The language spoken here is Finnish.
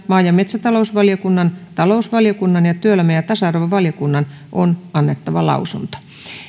maa ja metsätalousvaliokunnan talousvaliokunnan ja työelämä ja tasa arvovaliokunnan on annettava lausunto